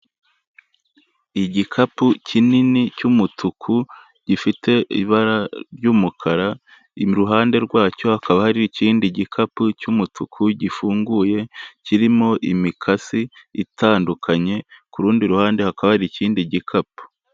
Igikapu kinini cy'umutuku gifite ibara ry'umukara, iruhande rwacyo hakaba hari ikindi gikapu cy'umutuku gifunguye kirimo imikasi itandukanye, ku rundi ruhande hakaba hari ikindi gikapu.